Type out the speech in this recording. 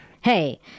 Hey